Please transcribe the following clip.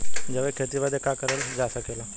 जैविक खेती बदे का का करल जा सकेला?